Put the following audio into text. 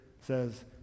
says